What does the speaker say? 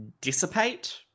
dissipate